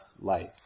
life